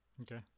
Okay